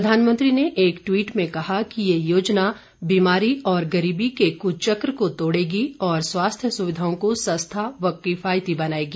प्रधानमंत्री ने एक ट्वीट में कहा कि ये योजना बीमारी और गरीबी के कुचक को तोड़ेगी और स्वास्थ्य सुविधाओं को सस्ता व किफायती बनाएगी